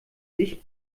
dich